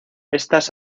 estas